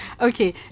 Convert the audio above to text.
Okay